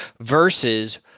versus